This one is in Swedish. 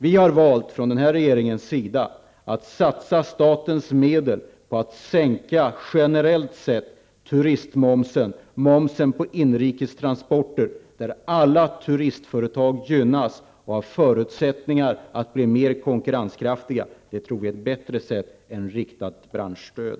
Vi i regeringen har valt att satsa statens medel på att generellt sett sänka turistmomsen och momsen på inrikes transporter, vilket innebär att alla turistföretag gynnas och att de har förutsättningar att bli mer konkurrenskraftiga. Det tror vi är ett bättre sätt än riktat branschstöd.